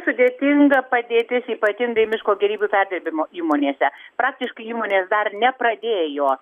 sudėtinga padėtis ypatingai miško gėrybių perdirbimo įmonėse praktiškai įmonės dar nepradėjo